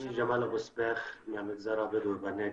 שמי ג'מאל אבו צבייח מהמגזר הבדואי בנגב.